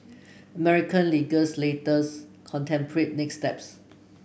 American legislators contemplate next steps